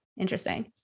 interesting